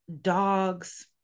dogs